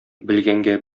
белгәнгә